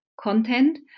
content